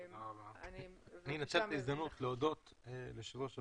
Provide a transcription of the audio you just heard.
אני מנצל את ההזדמנות להודות ליושבת-ראש הוועדה,